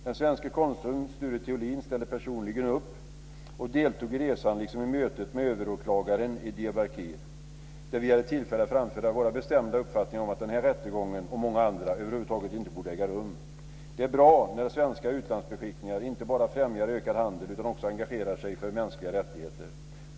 Den svenske konsuln, Sture Theolin, ställde personligen upp och deltog i resan liksom i mötet med överåklagaren i Diyarbakir där vi hade tillfälle att framföra våra bestämda uppfattningar om att den här rättegången och många andra över huvud taget inte borde äga rum. Det är bra när svenska utlandsbeskickningar inte bara främjar ökad handel utan också engagerar sig för mänskliga rättigheter.